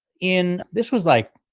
in this was like,